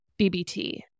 BBT